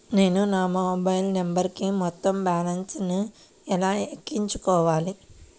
నేను నా మొబైల్ నంబరుకు మొత్తం బాలన్స్ ను ఎలా ఎక్కించుకోవాలి?